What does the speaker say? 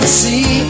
see